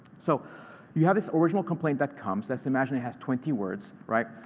so you have this original complaint that comes. let's imagine it has twenty words, right?